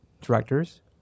directors